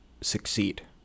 succeed